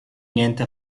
niente